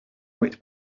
wet